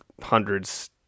hundreds